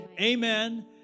Amen